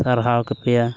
ᱥᱟᱨᱦᱟᱣ ᱠᱮᱯᱮᱭᱟ